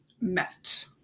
met